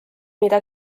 mida